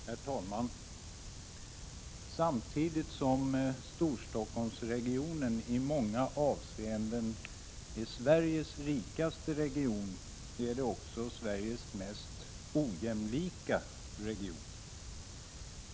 Herr talman! Samtidigt som Storstockholmsregionen i många avseenden är Sveriges rikaste region är den också Sveriges mest ojämlika region.